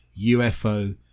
UFO